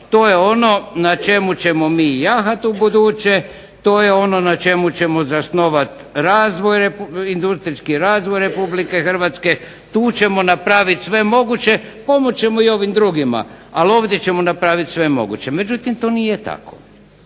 to je ono na čemu ćemo mi jahati ubuduće, to je ono na čemu ćemo osnovati razvoj Republike Hrvatske, tu ćemo napraviti sve moguće, pomoći ćemo i drugima ali ovdje ćemo napraviti sve moguće. međutim, to nije tako.